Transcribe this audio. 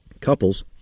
Couples